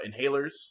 inhalers